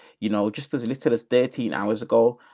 you know, it just doesn't need to this day, thirteen hours ago. ah,